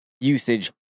usage